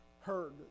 heard